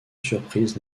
surprise